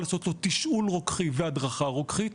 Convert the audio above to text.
לעשות לו תשאול רוקחי והדרכה רוקחית,